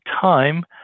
time